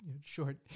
short